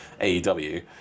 AEW